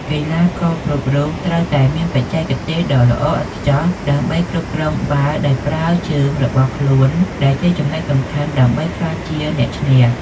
កីឡាករគ្រប់រូបត្រូវតែមានបច្ចេកទេសដ៏ល្អឥតខ្ចោះដើម្បីគ្រប់គ្រងបាល់ដោយប្រើជើងរបស់ខ្លួនដែលជាចំណុចសំខាន់ដើម្បីក្លាយជាអ្នកឈ្នះ។